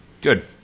Good